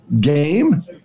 game